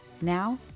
Now